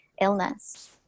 illness